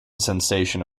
sensation